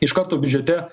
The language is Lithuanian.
iš karto biudžete